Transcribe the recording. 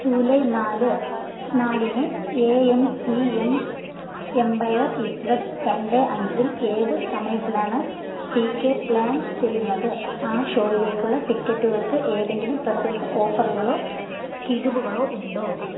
July നാല് നാലിന് A M C M empire ഇരുപത്തി രണ്ട് അഞ്ചും ഏതു സമയത്തിലാണ് പി കെ പ്ലാൻ ചെയ്യുന്നത് ആ ഷോയിലേക്കുള്ള ടിക്കറ്റുകൾക്ക് ഏന്തെങ്കിലും പ്രത്യേക ഓഫറുകളോ കിഴിവുകളോ ഉണ്ടോ